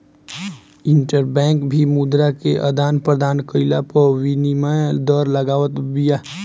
interbank भी मुद्रा के आदान प्रदान कईला पअ विनिमय दर लगावत बिया